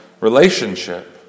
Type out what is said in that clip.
relationship